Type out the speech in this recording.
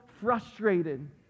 frustrated